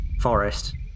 forest